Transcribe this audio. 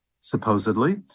supposedly